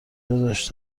داداش